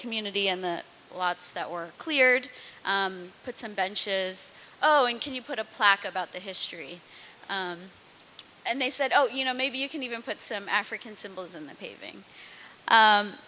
community and the lots that were cleared put some benches oh and can you put a plaque about the history and they said oh you know maybe you can even put some african symbols in the paving